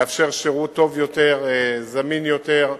יאפשר שירות טוב יותר, זמין יותר,